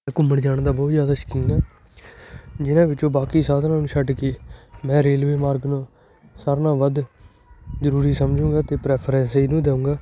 ਘੁੰਮਣ ਜਾਣ ਦਾ ਬਹੁਤ ਜ਼ਿਆਦਾ ਸ਼ੌਕੀਨ ਹਾਂ ਜਿਹਨਾਂ ਵਿੱਚੋਂ ਬਾਕੀ ਸਾਧਨਾਂ ਨੂੰ ਛੱਡ ਕੇ ਮੈਂ ਰੇਲਵੇ ਮਾਰਗ ਨੂੰ ਸਾਰਿਆਂ ਨਾਲੋਂ ਵੱਧ ਜ਼ਰੂਰੀ ਸਮਝੂਗਾ ਅਤੇ ਪ੍ਰੈਫਰੈਂਸ ਇਹਨੂੰ ਦੇਊਂਗਾ